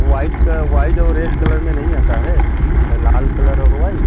white का white और red colour में नहीं आता है लाल कलर और वाइट